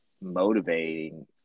motivating